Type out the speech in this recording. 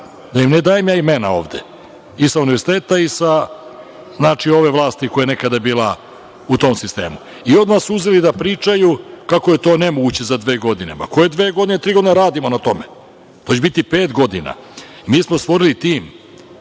da im ne dajem ja imena ovde, i sa univerziteta i iz ove vlasti koja je nekada bila u tom sistemu i odmah su uzeli da pričaju kako je to nemoguće za dve godine. Ma, koje dve godine? Tri godine radimo na tome. To će biti pet godina. Mi smo stvorili tim